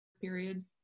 period